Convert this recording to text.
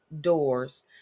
doors